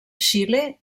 xile